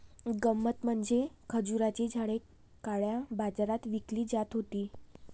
गंमत म्हणजे खजुराची झाडे काळ्या बाजारात विकली जात होती